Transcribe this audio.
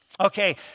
Okay